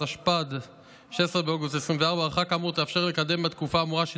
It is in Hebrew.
התשפ"ג 2023. יציג השר וסרלאוף, בבקשה.